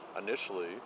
initially